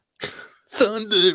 Thunder